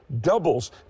doubles